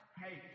hey